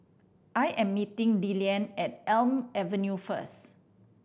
I am meeting Lillian at Elm Avenue first